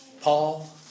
Paul